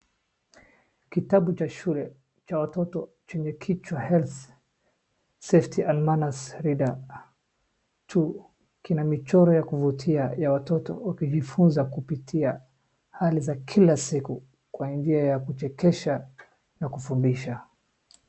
Kitabu cha shule cha watoto chenye kichwa health, safety and manners reader two kina michoro ya kuvutia ya watoto wakijifunza kupitia hali za kila siku kwa njia ya kuchekesha na kufundisha.